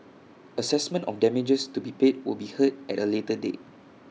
Assessment of damages to be paid will be heard at A later date